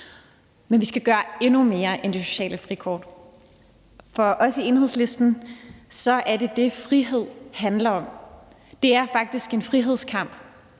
Men vi skal gøre endnu mere end det sociale frikort. For os i Enhedslisten er det det, frihed handler om. Det er faktisk en frihedskamp